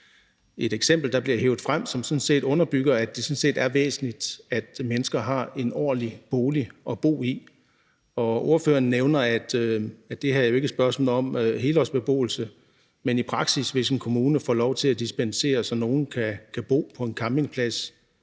det eksempel, der bliver hevet frem, underbygger, at det sådan set er væsentligt, at mennesker har en ordentlig bolig at bo i. Og ordføreren nævner, at det her jo ikke er et spørgsmål om helårsbeboelse, men i praksis, hvis en kommune får lov til at dispensere, så nogle kan bo på en campingplads